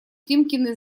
тимкины